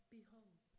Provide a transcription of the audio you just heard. Behold